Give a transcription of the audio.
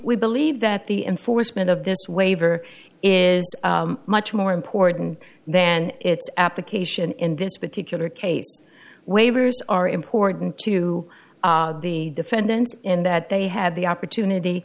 we believe that the enforcement of this waiver is much more important then its application in this particular case waivers are important to the defendants and that they had the opportunity